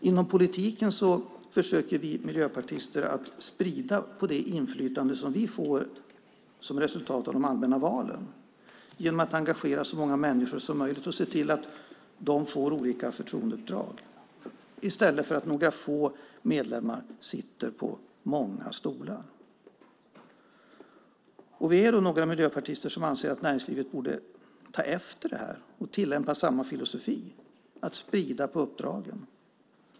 Inom politiken försöker vi miljöpartister att sprida det inflytande som vi får som resultat av de allmänna valen genom att engagera så många människor som möjligt och se till att de får olika förtroendeuppdrag i stället för att några få medlemmar sitter på många stolar. Vi är några miljöpartister som anser att näringslivet borde ta efter detta och tillämpa samma filosofi och sprida uppdragen.